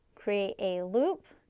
create a loop,